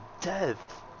DEATH